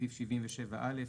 בסעיף 77(א)